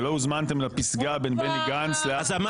שלא הוזמנתם לפסגה בין בני גנץ לאבו מאזן --- עוד פעם?